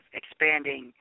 expanding